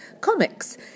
comics